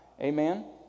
Amen